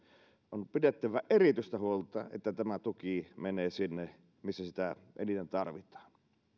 on pidettävä erityistä huolta että tämä tuki menee sinne missä sitä eniten tarvitaan